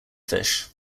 fish